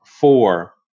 four